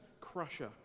crusher